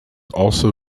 also